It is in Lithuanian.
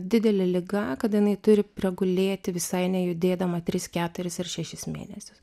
didele liga kada jinai turi pragulėti visai nejudėdama tris keturis ar šešis mėnesius